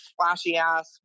flashy-ass